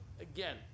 again